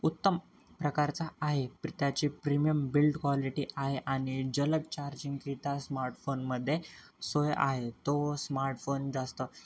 उत्तम प्रकारचा आहे प्र त्याची प्रिमियम बिल्ट क्वालिटी आहे आणि जलद चार्जिंगकरिता स्मार्टफोनमध्ये सोय आहे तो स्मार्टफोन जास्त